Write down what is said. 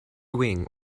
wing